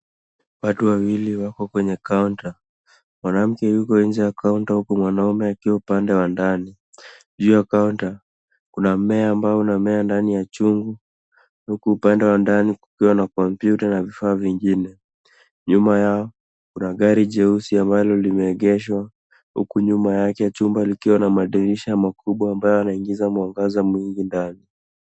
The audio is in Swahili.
Watu wawili wako kwenye kaunta. Mwanamke yuko nje ya kaunta huku mwanamume akiwa upande wa ndani. Juu ya kaunta, kuna mmea ambao unamea ndani ya chungu huku upande wa ndani kukiwa na kompyuta na vifaa vingine. Nyuma yao kuna gari jeusi ambalo limeegeshwa huku nyuma yake chumba likiwa na madirisha makubwa ambayo yanaingiza mwanga mingi ndani.